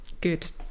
good